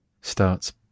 starts